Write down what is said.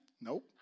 Nope